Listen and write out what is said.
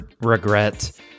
regret